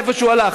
איפה שהוא הלך.